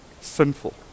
sinful